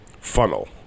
funnel